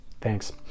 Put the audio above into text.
thanks